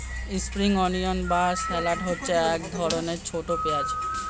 spring onion বা shallot হচ্ছে এক ধরনের ছোট পেঁয়াজ